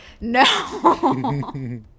no